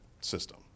system